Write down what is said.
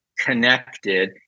connected